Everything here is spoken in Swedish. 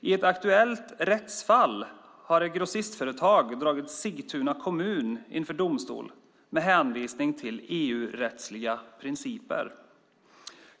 I ett aktuellt rättsfall har ett grossistföretag dragit Sigtuna kommun inför domstol, med hänsyn till EU-rättsliga principer.